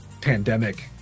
pandemic